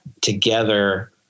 together